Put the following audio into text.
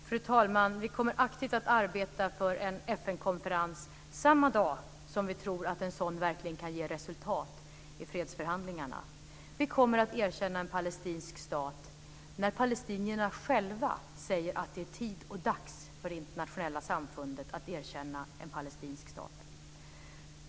Fru talman! Vi kommer aktivt att arbeta för en FN-konferens samma dag som vi tror att en sådan verkligen kan ge resultat i fredsförhandlingarna. Vi kommer att erkänna en palestinsk stat när palestinierna själva säger att det är tid och dags för det internationella samfundet att erkänna en palestinsk stat.